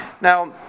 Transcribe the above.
Now